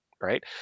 Right